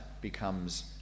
becomes